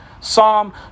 Psalm